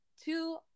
two